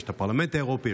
יש את הפרלמנט האירופי,